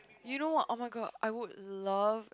you know what I would love